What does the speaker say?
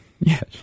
Yes